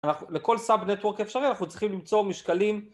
לכל סאב נטוורק אפשרי אנחנו צריכים למצוא משקלים